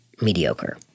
mediocre